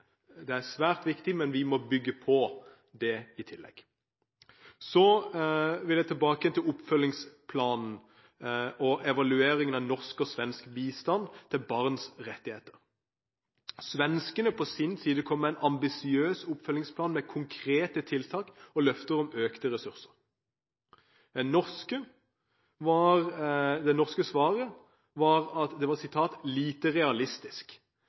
svært viktig, men vi må bygge på det i tillegg. Jeg vil tilbake igjen til oppfølgingsplanen og evalueringen av norsk og svensk bistand til barns rettigheter. Svenskene på sin side kom med en ambisiøs oppfølgingsplan med konkrete tiltak og løfter om økte ressurser. Det norske svaret var at det var lite realistisk.